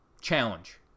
Challenge